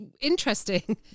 interesting